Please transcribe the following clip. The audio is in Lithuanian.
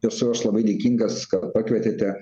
esu aš labai dėkingas kad pakvietėte